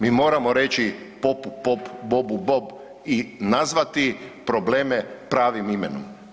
Mi moramo reći „popu pop, bobu bob“ i nazvati probleme pravim imenom.